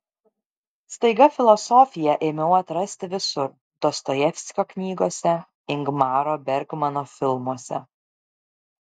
staiga filosofiją ėmiau atrasti visur dostojevskio knygose ingmaro bergmano filmuose